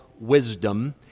wisdom